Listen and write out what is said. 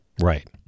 Right